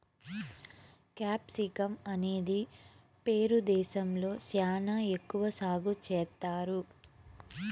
capsicum అనేది Peru దేశంలో శ్యానా ఎక్కువ సాగు చేత్తారు